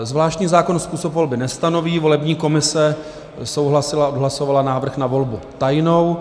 Zvláštní zákon způsob volby nestanoví, volební komise souhlasila, odhlasovala návrh na volbu tajnou.